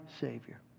Savior